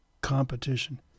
competition